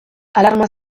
alarma